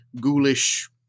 ghoulish